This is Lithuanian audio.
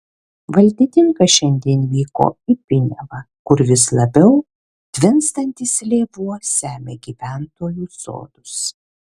valdininkas šiandien vyko į piniavą kur vis labiau tvinstantis lėvuo semia gyventojų sodus